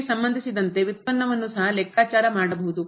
ಗೆ ಸಂಬಂಧಿಸಿದಂತೆ ವ್ಯುತ್ಪನ್ನವನ್ನು ಸಹ ಲೆಕ್ಕಾಚಾರ ಮಾಡಬಹುದು